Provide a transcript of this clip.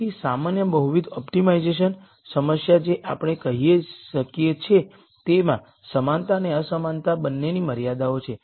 તેથી સામાન્ય બહુવિધ ઓપ્ટિમાઇઝેશન સમસ્યા જે આપણે કહી શકીએ છીએ તેમાં સમાનતા અને અસમાનતા બંનેની મર્યાદાઓ છે